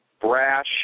brash